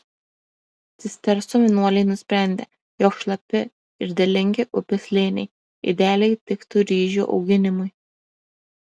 cistersų vienuoliai nusprendė jog šlapi ir derlingi upės slėniai idealiai tiktų ryžių auginimui